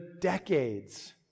decades